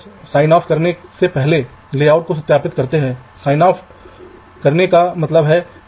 तो लाइनों की चौड़ाई कुल करंट ड्राइविंग आवश्यकताओं के आधार पर अलग अलग होगी